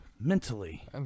mentally